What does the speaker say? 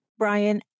Brian